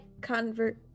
convert